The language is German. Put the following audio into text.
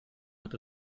hat